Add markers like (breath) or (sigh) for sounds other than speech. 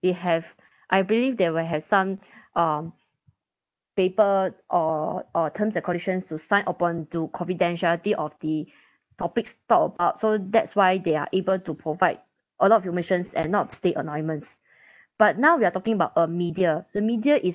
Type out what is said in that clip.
they have I believe there will have some um paper or or terms and conditions to sign upon to confidentiality of the topics talked about so that's why they are able to provide a lot of informations and not (noise) stay anonymous (breath) but now we are talking about a media the media is